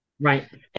Right